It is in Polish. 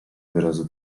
wyrazu